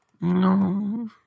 No